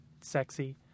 sexy